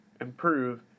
improve